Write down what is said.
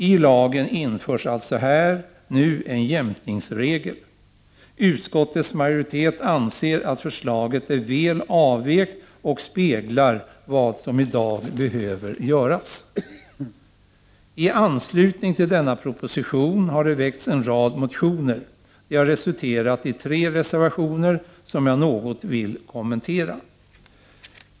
Tlagen införs alltså här en jämkningsregel. Utskottets majoritet anser att förslaget är väl avvägt och speglar vad som i dag behöver göras. I anslutning till denna proposition har det väckts en rad motioner. De har resulterat i tre reservationer, som jag något vill kommentera.